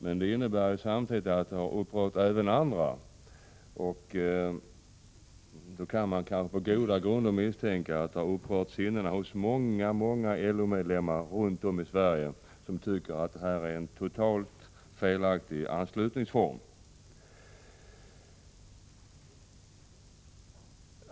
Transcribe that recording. Men det innebär samtidigt att den har upprört även andra. Då kan man på goda grunder anta att den har upprört sinnena även hos många LO-medlemmar runt om i Sverige, som tycker att detta är en totalt felaktig anslutningsform.